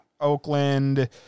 Oakland